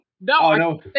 No